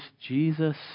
Jesus